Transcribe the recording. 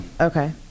Okay